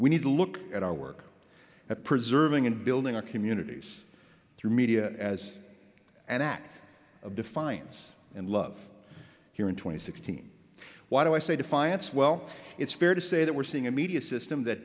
we need to look at our work at preserving and building our communities through media as an act of defiance and love here in twenty sixteen why do i say defiance well it's fair to say that we're seeing a media system that